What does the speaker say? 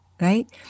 Right